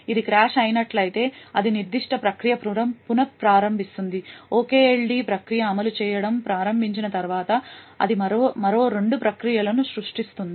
అది క్రాష్ అయినట్లయితే అది నిర్దిష్ట ప్రక్రియను పున ప్రారంభిస్తుంది OKLD ప్రక్రియ అమలు చేయడం ప్రారంభించిన తర్వాత అది మరో రెండు ప్రక్రియలను సృష్టిస్తుంది